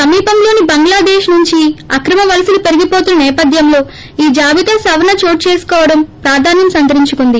సమీపంలోని బంగ్లాదేశ్ నుంచి అక్రమ వలసలు పెరిగివోతున్న నేపథ్యంలో ఈ జాబితా సవరణ చోటుచేసుకోవడం ప్రాధాన్వం సంతరించుకుంది